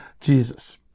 Jesus